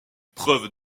preuve